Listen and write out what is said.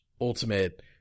Ultimate